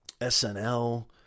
SNL